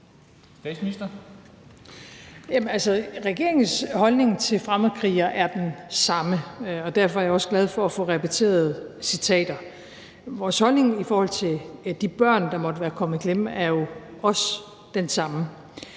Regeringens holdning til fremmedkrigere er den samme, og derfor er jeg også glad for at få repeteret citater. Vores holdning i forhold til de børn, der måtte være kommet i klemme, er jo også den samme,